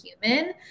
human